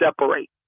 separate